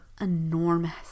enormous